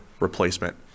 replacement